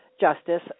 Justice